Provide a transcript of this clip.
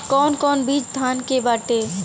कौन कौन बिज धान के बाटे?